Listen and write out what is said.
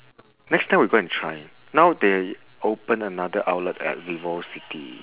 next time we go and try now they open another outlet at vivocity